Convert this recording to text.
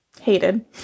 hated